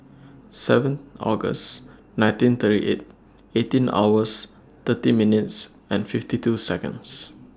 seven August nineteen thirty eight eighteen hours thirty minutes and fifty two Seconds